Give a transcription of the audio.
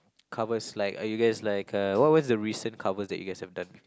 covers like are you guys like uh what what's the recent covers that you guys have done